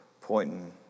pointing